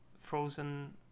frozen